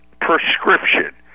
prescription